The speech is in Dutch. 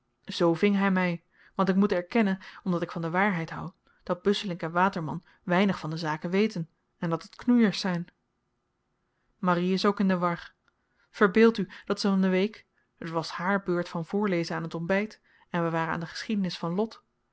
zoo ving hy me want ik moet erkennen omdat ik van de waarheid houd dat busselinck waterman weinig van de zaken weten en dat het knoeiers zyn marie is ook in de war verbeeld u dat ze van de week het was haar beurt van voorlezen aan t ontbyt en we waren aan de geschiedenis van